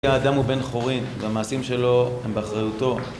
האדם הוא בן חורין והמעשים שלו הם באחריותו